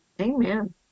Amen